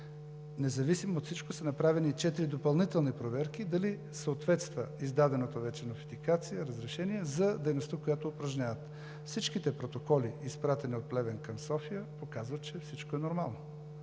Независимо от всичко са направени четири допълнителни проверки – дали съответства издадената вече нотификация и разрешение за дейността, която упражняват. Всичките протоколи, изпратени от Плевен към София, показват, че всичко е нормално.